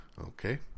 Okay